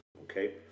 okay